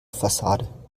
fassade